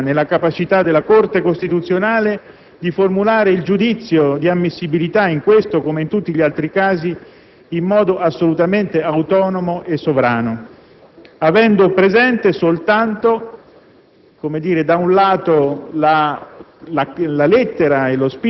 tuttavia, noi confermiamo, signor Presidente, la fiducia piena nella capacità della Corte costituzionale di formulare il giudizio di ammissibilità, in questo, come in tutti gli altri casi, in modo assolutamente autonomo e sovrano, avendo presente soltanto,